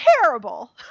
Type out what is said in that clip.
terrible